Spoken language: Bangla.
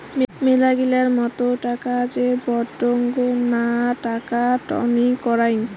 মেলাগিলা মত টাকা যে বডঙ্না টাকা টননি করাং